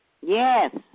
Yes